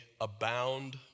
abound